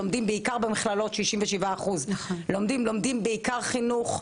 לומדים בעיקר במכללות כ-67% לומדים בעיקר חינוך,